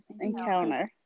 encounter